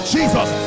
Jesus